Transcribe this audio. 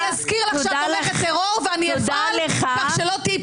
תודה לך.